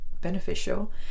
beneficial